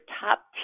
top